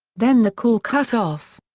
then the call cut off.